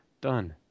Done